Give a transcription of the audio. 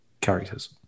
characters